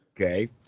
Okay